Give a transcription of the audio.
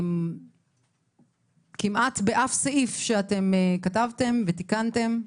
כמעט באף סעיף שאתם כתבתם ותיקנתם.